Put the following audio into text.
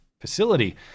facility